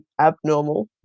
abnormal